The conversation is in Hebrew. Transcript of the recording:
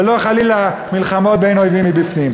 ולא חלילה מלחמות בין אויבים מבפנים.